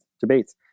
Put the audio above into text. Debates